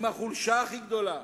עם החולשה הכי גדולה,